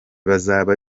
bazaba